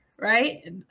right